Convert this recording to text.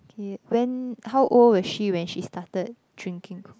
okay when how old was she when she starting drinking